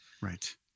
Right